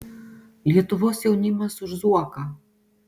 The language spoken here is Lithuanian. lietuvos jaunimas už zuoką